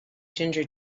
ginger